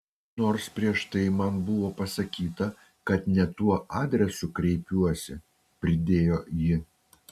nors prieš tai man buvo pasakyta kad ne tuo adresu kreipiuosi pridėjo ji